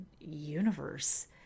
universe